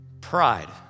Pride